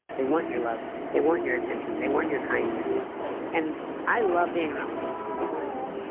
they want your love, they want your attention, they want your kindness and i love being around people that swim towards me.